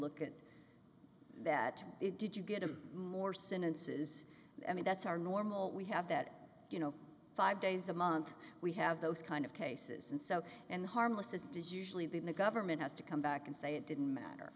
look at that you did you get in more sentences i mean that's our normal we have that you know five days a month we have those kind of cases and so and harmless as does usually been the government has to come back and say it didn't matter